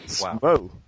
Wow